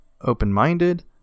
open-minded